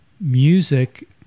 music